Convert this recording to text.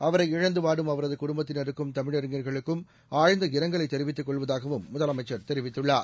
அவரை இழந்து வாடும் அவரது குடும்பத்தினருக்கும் தமிழறிஞர்களுக்கும் ஆழ்ந்த இரங்கலை தெரிவித்துக் கொள்வதாகவும் முதலமைச்சர் தெரிவித்துள்ளார்